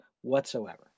whatsoever